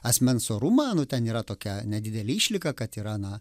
asmens orumą nu ten yra tokia nedidelė išlyga kad yra na